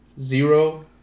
zero